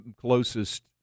closest